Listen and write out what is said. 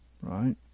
right